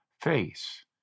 face